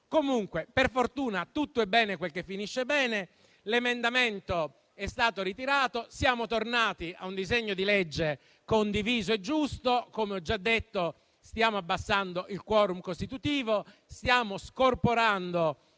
caso, per fortuna tutto è bene quel che finisce bene. L'emendamento è stato ritirato. Siamo tornati a un disegno di legge condiviso e giusto. Come ho già detto, stiamo abbassando il *quorum* costitutivo; stiamo scorporando